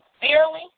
fairly